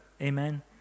Amen